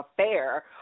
affair